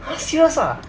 !huh! serious ah